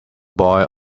boy